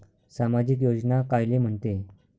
सामाजिक योजना कायले म्हंते?